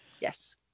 yes